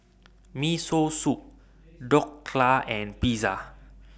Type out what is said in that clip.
Miso Soup Dhokla and Pizza